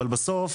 אבל בסוף